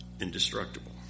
indestructible